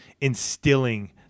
instilling